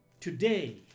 Today